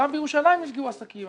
גם בירושלים נפגעו עסקים.,